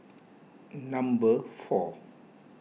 number four